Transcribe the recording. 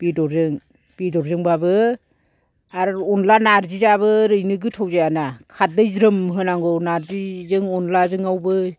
बेदरजों बेदरजोंबाबो आर अनला नार्जिआबो ओरैनो गोथाव जाया ना खारदै ज्रोम होनांगौ नार्जिजों अनलाजोंआवबो